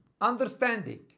Understanding